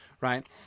Right